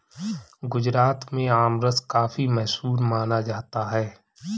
गुजरात में आमरस काफी मशहूर माना जाता है